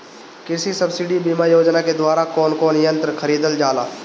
कृषि सब्सिडी बीमा योजना के द्वारा कौन कौन यंत्र खरीदल जाला?